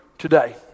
today